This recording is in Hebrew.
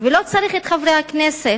ולא צריך את חברי הכנסת,